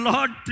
Lord